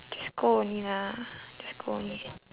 just go only lah just go only